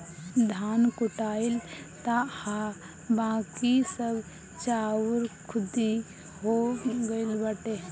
धान कुटाइल तअ हअ बाकी सब चाउर खुद्दी हो गइल बाटे